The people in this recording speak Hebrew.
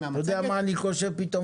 בסוף זה קם ונופל על פיקוח,